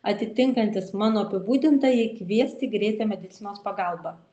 atitinkantis mano apibūdintąjį kviesti greitąją medicinos pagalbą